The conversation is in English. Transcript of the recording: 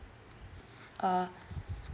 uh